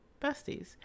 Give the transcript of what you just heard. besties